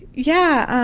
yeah,